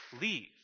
leave